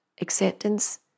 Acceptance